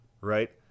Right